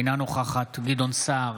אינה נוכחת גדעון סער,